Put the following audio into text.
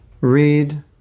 read